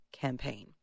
campaign